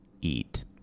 eat